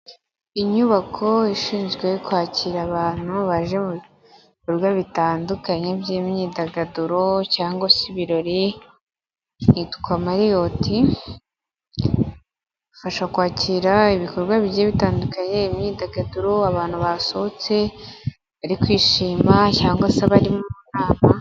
Inyubako ishinzwe kwakira abantu baje mu bikorwa bitandukanye by'imyidagaduro cyangwa se ibirori, yitwa Mariot ifasha kwakira ibikorwa bigiye bitandukanye, imyidagaduro, abantu basohotse bari kwishima cyangwa se abari mu nama.